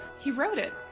he wrote it.